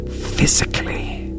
physically